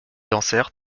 dansaert